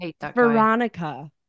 Veronica